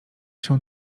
się